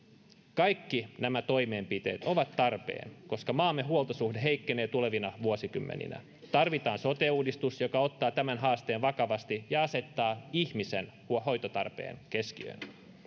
kaikki nämä toimenpiteet ovat tarpeen koska maamme huoltosuhde heikkenee tulevina vuosikymmeninä tarvitaan sote uudistus joka ottaa tämän haasteen vakavasti ja asettaa ihmisen hoitotarpeen keskiöön